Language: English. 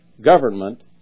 government